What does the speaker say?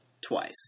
twice